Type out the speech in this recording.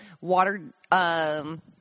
water